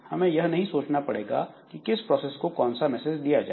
हमें यह नहीं सोचना पड़ेगा कि किस प्रोसेस को कौन सा मैसेज दिया जाए